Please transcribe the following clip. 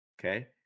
okay